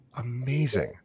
Amazing